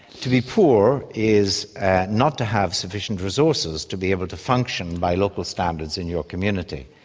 to be poor is not to have sufficient resources to be able to function by local standards in your community.